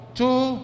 two